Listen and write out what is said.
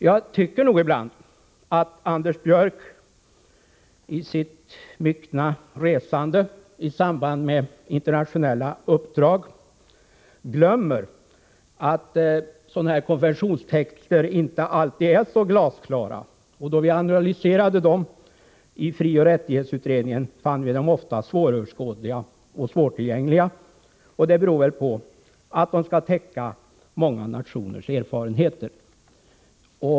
Jag tycker nog ibland att Anders Björck i sitt myckna resande i samband med internationella uppdrag glömmer att konventionstexterna inte alltid är så glasklara. Då vi analyserade dem i frioch rättighetsutredningen fann vi dem ofta svåröverskådliga och svårtillgängliga. Det beror väl på att de skall täcka många nationers erfarenheter.